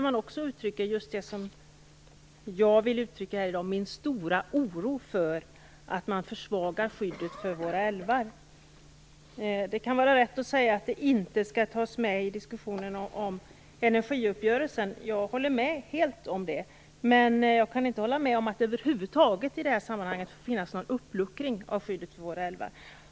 Man uttrycker just det som jag vill uttrycka här i dag: en stor oro för att skyddet för våra älvar försvagas. Det kan vara rätt att säga att frågan inte skall tas med i diskussionen om energiuppgörelsen. Jag håller helt med om det, men jag kan inte hålla med om att det över huvud taget i detta sammanhang får finnas någon uppluckring av skyddet för våra älvar.